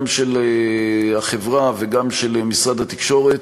גם של החברה וגם של משרד התקשורת,